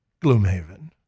Gloomhaven